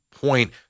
point